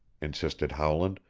insisted howland,